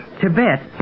Tibet